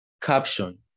Caption